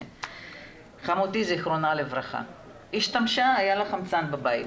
לחמותי זיכרונה לברכה היה חמצן בבית.